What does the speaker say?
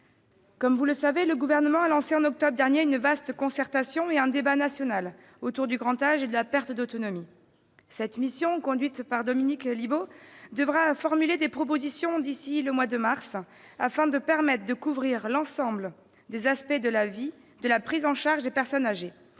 Comme vous le savez, le Gouvernement a lancé en octobre dernier une vaste concertation et un débat national autour du grand âge et de la perte d'autonomie. Cette mission, conduite par Dominique Libault, formulera des propositions d'ici au mois de mars, afin de couvrir l'ensemble des aspects de la prise en charge des personnes âgées.